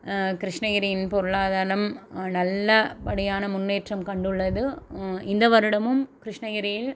கிருஷ்ணகிரியின் பொருளாதாரம் நல்லபடியான முன்னேற்றம் கண்டுள்ளது இந்த வருடமும் கிருஷ்ணகிரியில்